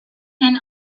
and